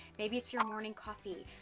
maybe it's your morning coffee.